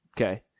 Okay